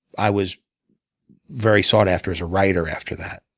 i was very sought after as a writer after that.